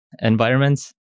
environments